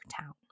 town